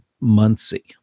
Muncie